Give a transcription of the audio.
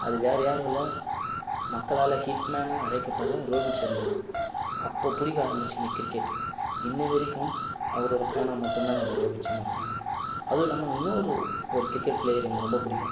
அது வேறு யாரும் இல்லை மக்களால் ஹிட் மேன்னு அழைக்கப்படுற ரோகித்சர்மா தான் அப்போது பிடிக்க ஆரம்பித்து இந்த கிரிக்கெட் இன்றைய வரைக்கும் அவரோடய ஃபேனாக மட்டும் தான் நான் ரோகித்சர்மா ஃபேனாக தான் அதுவும் இல்லாமல் இன்னொரு ஒரு கிரிக்கெட் ப்ளேயர் எனக்கு ரொம்ப பிடிக்கும்